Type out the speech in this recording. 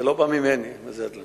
זה לא בא ממני, מג'אדלה.